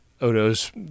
Odo's